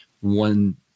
one